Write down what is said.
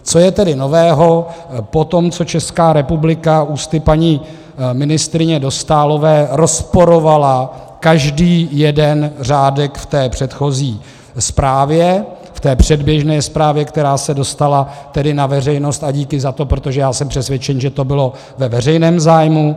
Co je tedy nového po tom, co Česká republika ústy paní ministryně Dostálové rozporovala každý jeden řádek v té předchozí zprávě, v té předběžné zprávě, která se dostala na veřejnost, a díky za to, protože jsem přesvědčen, že to bylo ve veřejném zájmu.